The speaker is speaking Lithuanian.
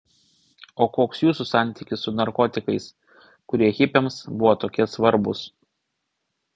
o koks jūsų santykis su narkotikais kurie hipiams buvo tokie svarbūs